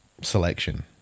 selection